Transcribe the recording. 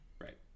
right